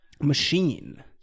machine